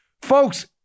Folks